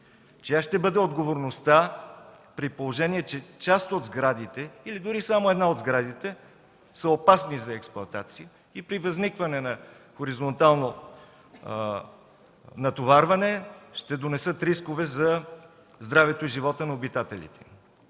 Чия ще бъде отговорността, при положение че с част от сгради или дори само една от сградите са опасни за експлоатация и при възникване на хоризонтално натоварване ще донесат рискове за здравето и живота на обитателите?